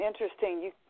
interesting